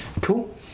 Cool